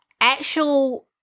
actual